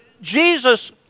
Jesus